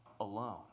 alone